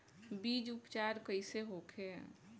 बीज उपचार कइसे होखे?